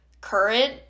current